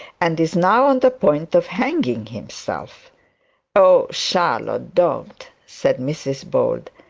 and is now on the point of hanging himself oh, charlotte, don't said mrs bold.